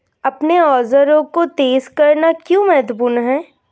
अपने औजारों को तेज करना क्यों महत्वपूर्ण है?